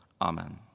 Amen